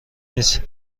نیست